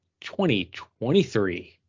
2023